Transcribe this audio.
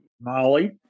Molly